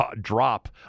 drop